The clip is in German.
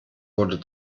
wurde